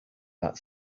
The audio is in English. that